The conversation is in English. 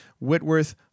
Whitworth